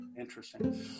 interesting